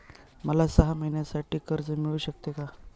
मला सहा महिन्यांसाठी कर्ज मिळू शकते का?